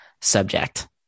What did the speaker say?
subject